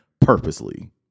purposely